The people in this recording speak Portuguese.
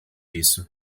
isso